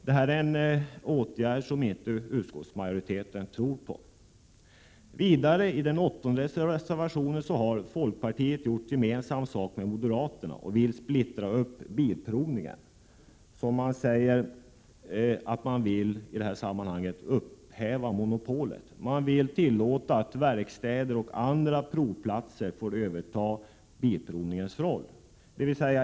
Det här är en åtgärd som inte utskottsmajoriteten tror på. I reservation nr 8 har folkpartiet gjort gemensam sak med moderaterna. Man vill splittra upp bilprovningen och, som man säger, upphäva monopolet i det det här sammanhanget. Man vill tillåta att verkstäder och andra provplatser får överta ASB:s roll.